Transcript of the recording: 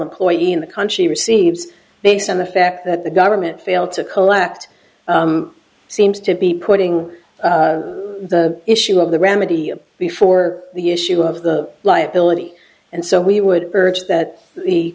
employee in the country receives based on the fact that the government failed to collect seems to be putting the issue of the remedy before the issue of the liability and so we would urge that the